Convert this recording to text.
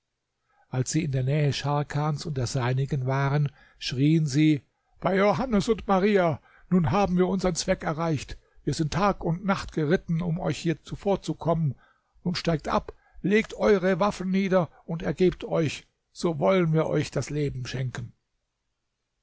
als sie in der nähe scharkans und der seinigen waren schrien sie bei johannes und maria nun haben wir unsern zweck erreicht wir sind tag und nacht geritten um euch hier zuvorzukommen nun steigt ab legt eure waffen nieder und ergebt euch so wollen wir euch das leben schenken